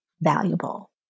valuable